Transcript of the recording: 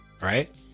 Right